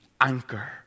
anchor